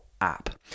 app